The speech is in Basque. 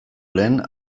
lehen